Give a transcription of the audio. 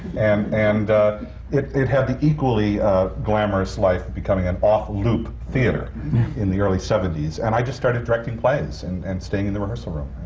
and and it it had the equally glamorous life of becoming an off-loop theatre in the early seventies. and i just started directing plays and and staying in the rehearsal room,